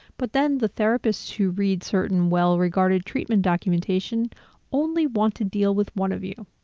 but then the therapists who read certain well regarded treatment documentation only want to deal with one of you.